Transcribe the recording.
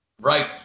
Right